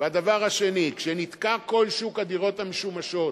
והדבר השני, כשנתקע כל שוק הדירות המשומשות,